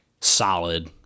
solid